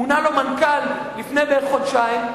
מונה לו מנכ"ל לפני בערך חודשיים,